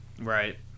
Right